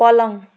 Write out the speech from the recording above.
पलङ